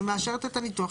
אני מאשרת את הניתוח.